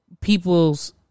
people's